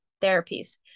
therapies